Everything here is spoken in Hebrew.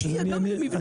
שיהיה גם במבנים.